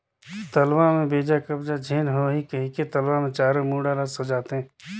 तलवा में बेजा कब्जा झेन होहि कहिके तलवा मे चारों मुड़ा ल सजाथें